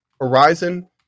Horizon